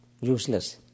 useless